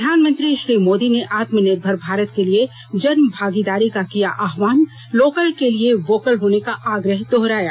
प्रधानमंत्री श्री मोदी ने आत्मनिर्भर भारत के लिए जन भागीदारी का किया आहवान लोकल के लिए वोकल होने का आग्रह दोहराया